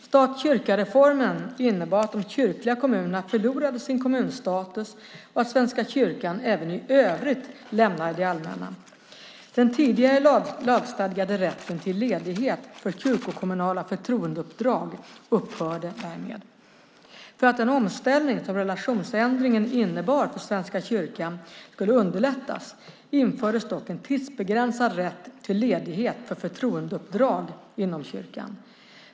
Stat-kyrka-reformen innebar att de kyrkliga kommunerna förlorade sin kommunstatus och att Svenska kyrkan även i övrigt lämnade det allmänna. Den tidigare lagstadgade rätten till ledighet för kyrkokommunala förtroendeuppdrag upphörde därmed. För att den omställning som relationsändringen innebar för Svenska kyrkan skulle underlättas infördes dock en tidsbegränsad rätt till ledighet för förtroendeuppdrag inom kyrkan.